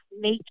make